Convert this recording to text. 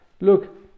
Look